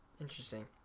Interesting